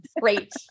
Great